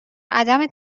عدم